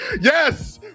yes